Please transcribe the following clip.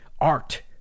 art